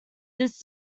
this